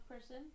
person